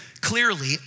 clearly